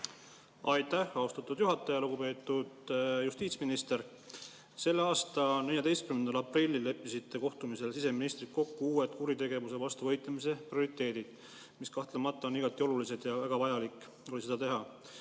Aitäh, austatud juhataja! Lugupeetud justiitsminister! Selle aasta 14. aprillil leppisite kohtumisel siseministriga kokku uued kuritegevuse vastu võitlemise prioriteedid, mis kahtlemata on igati olulised ja seda oli väga vajalik teha,